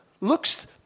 looks